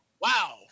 wow